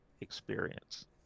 experience